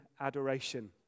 adoration